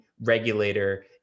regulator